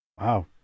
Wow